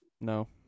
No